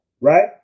right